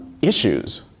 issues